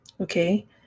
Okay